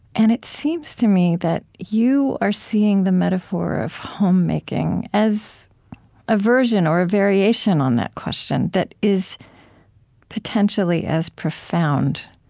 and it seems to me that you are seeing the metaphor of homemaking as a version or a variation on that question that is potentially as profound,